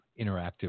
interactive